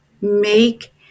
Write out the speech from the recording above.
make